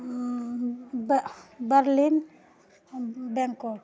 Berlin Bangkok